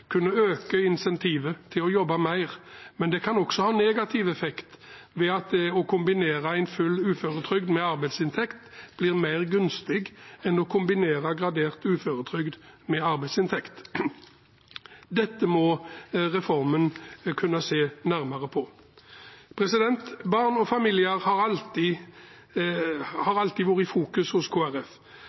kunne øke incentivet til å jobbe mer, men det kan også ha negativ effekt ved at det å kombinere en full uføretrygd med arbeidsinntekt blir mer gunstig enn å kombinere gradert uføretrygd med arbeidsinntekt. Dette må en kunne se nærmere på i reformen. Barn og familier har alltid vært i fokus hos